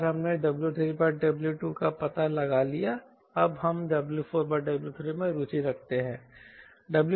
एक बार हमने W3W2 का पता लगा लिया अब हम W4W3 में रुचि रखते हैं